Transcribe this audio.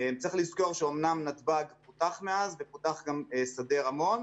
צריך לזכור שאומנם נתב"ג פותח מאז ופותח גם שדה רמון,